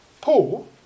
Paul